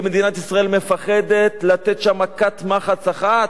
ומדינת ישראל מפחדת לתת שם מכת מחץ אחת,